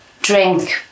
drink